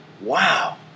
Wow